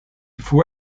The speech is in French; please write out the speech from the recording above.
faut